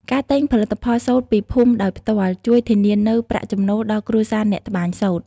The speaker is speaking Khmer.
ការទិញផលិតផលសូត្រពីភូមិដោយផ្ទាល់ ជួយធានានូវ ប្រាក់ចំណូល ដល់គ្រួសារអ្នកត្បាញសូត្រ។